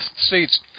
seats